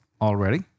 already